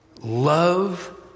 Love